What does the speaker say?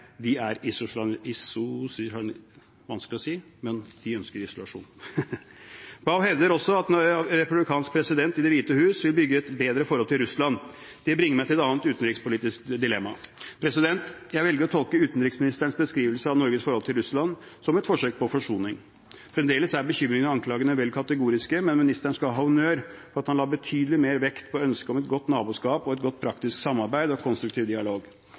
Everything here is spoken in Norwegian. er isolasjonister. Baugh hevder også at en republikansk president i Det hvite hus vil bygge et bedre forhold til Russland. Det bringer meg til et annet utenrikspolitisk dilemma. Jeg velger å tolke utenriksministerens beskrivelse av Norges forhold til Russland som et forsøk på forsoning. Fremdeles er bekymringene og anklagene vel kategoriske, men ministeren skal ha honnør for at han la betydelig mer vekt på ønsket om et godt naboskap, et godt praktisk samarbeid og konstruktiv dialog.